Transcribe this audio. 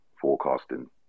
forecasting